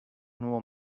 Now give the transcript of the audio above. nuevo